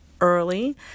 early